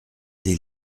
des